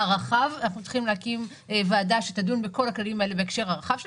אנחנו מתחילים להקים ועדה שתדון בכל הכללים האלה בהקשר הרחב שלהם,